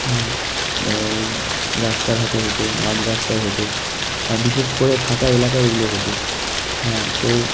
হ্যাঁ রাস্তাঘাটে হতো মাঝরাস্তায় হতো বিশেষ করে ফাঁকা এলাকায় এগুলো হতো হ্যাঁ তো